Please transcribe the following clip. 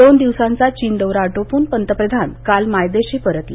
दोन दिवसांचा चीन दौरा आटोपून पंतप्रधान काल मायदेशी परतले